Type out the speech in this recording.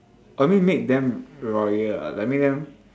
oh mean make them royal ah like make them